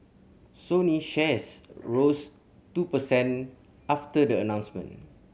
Sony shares rose two percent after the announcement